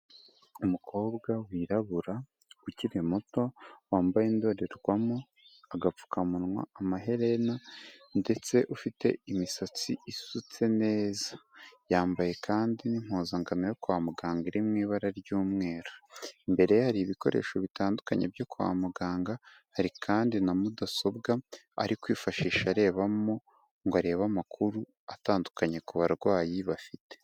Umukobwa wirabura, ukiri muto, wambaye indorerwamo, agapfukamunwa, amaherena ndetse ufite imisatsi isutse neza, yambaye kandi n'impuzangano yo kwa muganga iri mu ibara ry'umweru, imbere ye hari ibikoresho bitandukanye byo kwa muganga, hari kandi na mudasobwa ari kwifashisha arebamo ngo arebe amakuru atandukanye ku barwayi bafite.